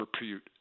repute